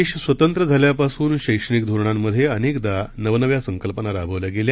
देश स्वतंत्र झाल्यापासून शैक्षणिक धोरणांमध्ये अनेकदा नवनव्या संकल्पना राबवल्या गेल्या